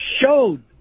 showed